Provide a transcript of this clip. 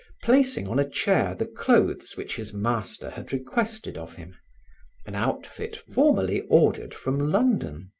placing on a chair the clothes which his master had requested of him an outfit formerly ordered from london.